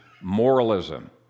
moralism